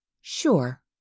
SURE